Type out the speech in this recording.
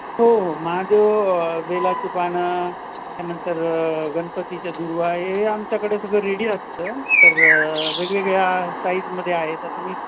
हो हो महादेव बेलाची पानं त्यानंतर गणपतीच्या दुर्वा हे आमच्याकडे सगळं रेडी असतं तर वेगवेगळ्या साईजमध्ये आहे तर तुम्ही